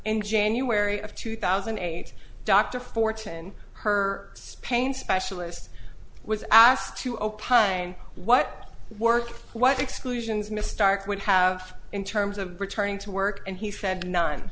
in january of two thousand and eight dr fortin her pain specialist was asked to opine what worked what exclusions mistyped would have in terms of returning to work and he said none